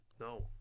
No